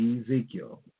Ezekiel